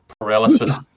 paralysis